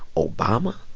obama?